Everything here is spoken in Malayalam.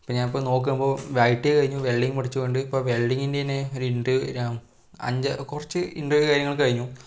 പിന്നെ ഞാൻ ഇപ്പോൾ നോക്കുമ്പോൾ ഐ ടി ഐ കഴിഞ്ഞു വെൽഡിങ്ങ് പഠിച്ചതുകൊണ്ട് ഇപ്പോൾ വെൽഡിങ്ങിന്റെ തന്നെ ഒരു ഇന്റ അഞ്ച് കുറച്ച് ഇന്റർവ്യൂ കാര്യങ്ങളും കഴിഞ്ഞു